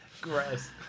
gross